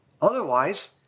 Otherwise